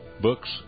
books